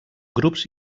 grups